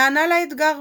נענה לאתגר.